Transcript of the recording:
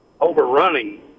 overrunning